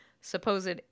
supposed